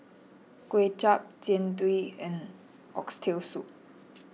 Kway Chap Jian Dui and Oxtail Soup